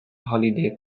holiday